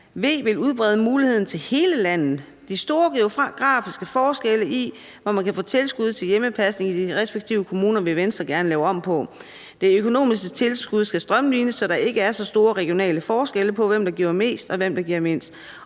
»V vil udbrede muligheden til hele landet. De store geografiske forskelle i, hvor man kan få tilskud til hjemmepasning i de respektive kommuner, vil Venstre gerne lave om på. Det økonomiske tilskud skal strømlines, så der ikke er store regionale forskelle på, hvem der giver mest og mindst.